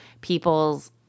people's